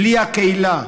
בלי הקהילה,